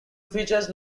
features